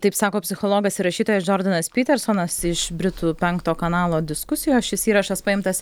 taip sako psichologas rašytojas džordžas petersonas iš britų penkto kanalo diskusijoj o šis įrašas paimtas